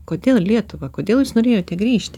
kodėl lietuvą kodėl jis norėjo tik grįžti